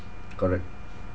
correct